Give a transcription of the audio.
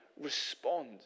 respond